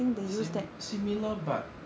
sim~ similar but